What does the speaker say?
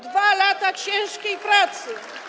2 lata ciężkiej pracy.